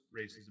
racism